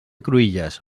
cruïlles